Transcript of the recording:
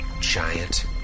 giant